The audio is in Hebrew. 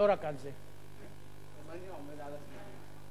צודק במאה אחוז.